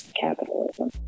capitalism